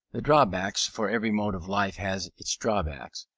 the drawbacks, for every mode of life has its drawbacks,